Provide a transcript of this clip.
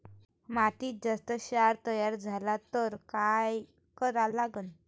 मातीत जास्त क्षार तयार झाला तर काय करा लागन?